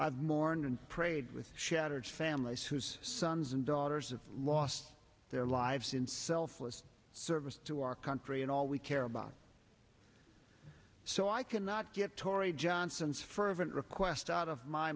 and prayed with shattered families whose sons and daughters of lost their lives in selfless service to our country and all we care about so i cannot get torie johnson's fervent request out of my